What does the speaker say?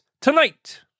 tonight